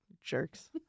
jerks